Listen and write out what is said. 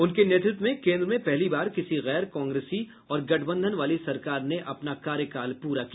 उनके नेतृत्व में केन्द्र में पहली बार किसी गैर कांग्रेसी और गठबंधन वाली सरकार ने अपना कार्यकाल पूरा किया